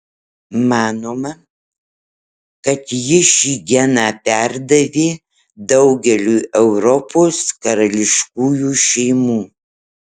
manoma kad ji šį geną perdavė daugeliui europos karališkųjų šeimų